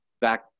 back